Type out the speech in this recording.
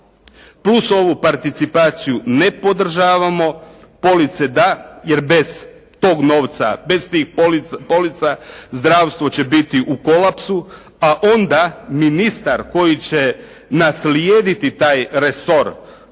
plus ovu participaciju ne podržavamo. Police da jer bez tog novca bez tih polica zdravstvo će biti u kolapsu a onda ministar koji će naslijediti taj resor moći